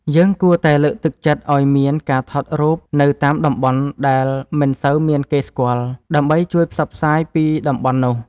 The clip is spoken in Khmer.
យើងគួរតែលើកទឹកចិត្តឱ្យមានការថតរូបនៅតាមតំបន់ដែលមិនសូវមានគេស្គាល់ ដើម្បីជួយផ្សព្វផ្សាយពីតំបន់នោះ។